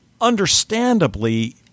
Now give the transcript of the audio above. Understandably